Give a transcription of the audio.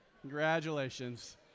Congratulations